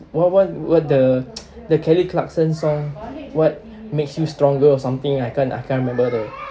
what what what the the kelly clarkson song what makes you stronger or something I can't I can't remember the